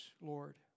Lord